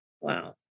Wow